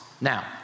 Now